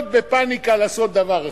להיות בפניקה, לעשות דבר אחד,